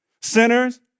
Sinners